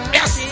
Yes